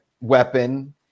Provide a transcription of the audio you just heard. weapon